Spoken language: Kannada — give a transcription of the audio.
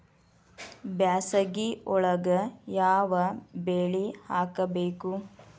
ಬ್ಯಾಸಗಿ ಒಳಗ ಯಾವ ಬೆಳಿ ಹಾಕಬೇಕು?